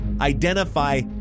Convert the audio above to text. identify